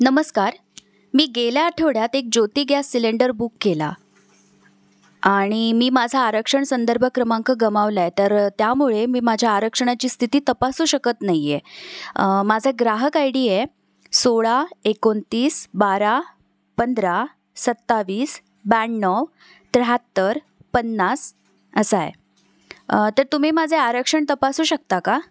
नमस्कार मी गेल्या आठवड्यात एक ज्योती गॅस सिलेंडर बुक केला आणि मी माझा आरक्षण संदर्भ क्रमांक गमावला आहे तर त्यामुळे मी माझ्या आरक्षणाची स्थिती तपासू शकत नाही आहे माझं ग्राहक आय डी आहे सोळा एकोणतीस बारा पंधरा सत्तावीस ब्याण्णव त्र्याहत्तर पन्नास असा आहे तर तुम्ही माझे आरक्षण तपासू शकता का